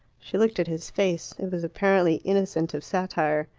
she looked at his face. it was apparently innocent of satire.